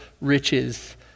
riches